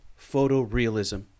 photorealism